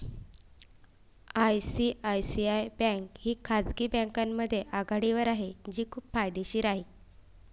ICICI bank ही खाजगी बँकांमध्ये आघाडीवर आहे जी खूप फायदेशीर आहे